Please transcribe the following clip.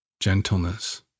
gentleness